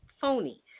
phony